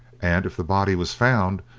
and if the body was found,